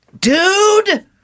Dude